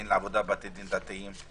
בתי דין לעבודה ובתי דין דתיים,